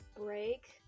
break